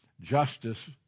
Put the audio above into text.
justice